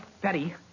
Betty